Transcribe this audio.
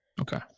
Okay